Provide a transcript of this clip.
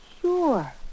Sure